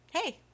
hey